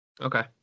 Okay